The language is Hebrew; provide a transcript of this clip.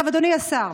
אדוני השר,